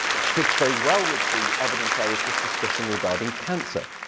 which fits very well with the evidence i was just discussing regarding cancer.